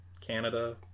canada